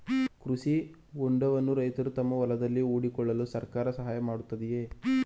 ಕೃಷಿ ಹೊಂಡವನ್ನು ರೈತರು ತಮ್ಮ ಹೊಲದಲ್ಲಿ ಮಾಡಿಕೊಳ್ಳಲು ಸರ್ಕಾರ ಸಹಾಯ ಮಾಡುತ್ತಿದೆಯೇ?